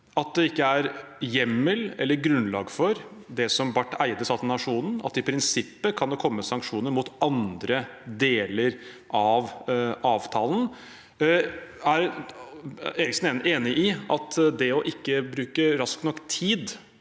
er hjemmel eller grunnlag for det som Barth Eide sa til Nationen: at i prinsippet kan det komme sanksjoner mot andre deler av avtalen. Er Bjelland Eriksen enig i at det å ikke bruke kort nok tid